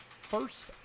first